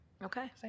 Okay